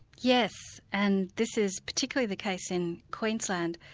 yes. and this is particularly the case in queensland.